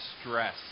stress